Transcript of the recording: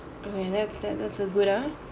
okay that's that that's a good ah